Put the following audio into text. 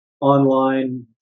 online